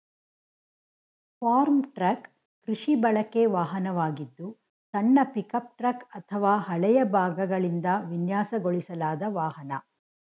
form truck ಕೃಷಿ ಬಳಕೆ ವಾಹನವಾಗಿದ್ದು ಸಣ್ಣ ಪಿಕಪ್ ಟ್ರಕ್ ಅಥವಾ ಹಳೆಯ ಭಾಗಗಳಿಂದ ವಿನ್ಯಾಸಗೊಳಿಸಲಾದ ವಾಹನ